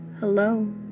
Hello